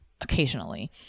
occasionally